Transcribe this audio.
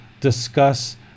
discuss